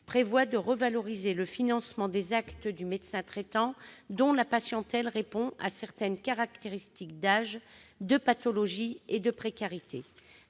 prévoit de revaloriser le financement des actes du médecin traitant dont la patientèle répond à certaines caractéristiques d'âge, de pathologie et de précarité.